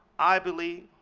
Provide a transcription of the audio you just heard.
i believe